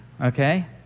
Okay